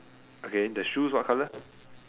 okay the shoes what colour